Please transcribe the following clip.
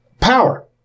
power